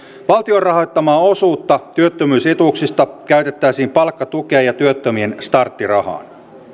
valtion rahoittamaa osuutta työttömyysetuuksista käytettäisiin palkkatukeen ja työttömien starttirahaan